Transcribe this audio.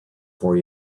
for